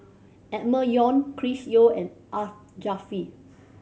Emma Yong Chris Yeo and Art